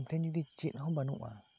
ᱛᱤᱦᱤᱱ ᱡᱩᱫᱤ ᱪᱮᱫ ᱦᱚᱸ ᱵᱟᱹᱱᱩᱜ ᱟ